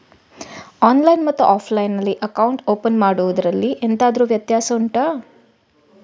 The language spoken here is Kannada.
ಆನ್ಲೈನ್ ಮತ್ತು ಆಫ್ಲೈನ್ ನಲ್ಲಿ ಅಕೌಂಟ್ ಓಪನ್ ಮಾಡುವುದರಲ್ಲಿ ಎಂತಾದರು ವ್ಯತ್ಯಾಸ ಉಂಟಾ